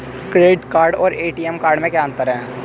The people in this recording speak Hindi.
क्रेडिट कार्ड और ए.टी.एम कार्ड में क्या अंतर है?